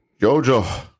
Jojo